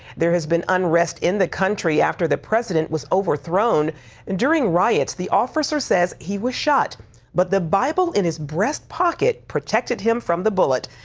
there has been unrest in the country after the president was overthrown and during riots. the officer says he was shot and but the bible in his breast pocket protected him from the bullet.